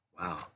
Wow